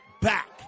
back